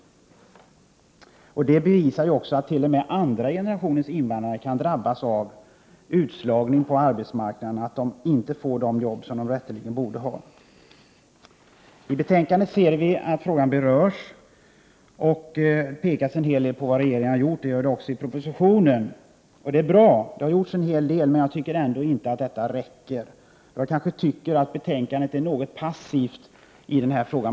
Detta bevisas av att t.o.m. andra generationens invandrare kan drabbas av utslagning på arbetsmarknaden. De får inte de arbeten som de rätteligen borde ha. Frågan berörs i betänkandet. Det framhålls vad regeringen har gjort. Detta understryks också i propositionen. Det har också gjorts en hel del, och det är bra. Men jag tycker inte att det räcker. Enligt min mening är betänkandet något passivt i denna fråga.